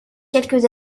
quelques